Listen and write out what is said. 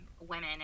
women